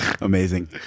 amazing